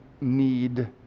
need